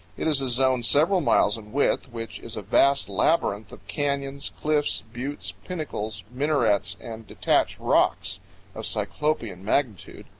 it is a zone several miles in width which is a vast labyrinth of canyons, cliffs, buttes, pinnacles, minarets, and detached rocks of cyclopean magnitude,